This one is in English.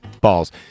balls